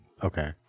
Okay